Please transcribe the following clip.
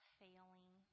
failing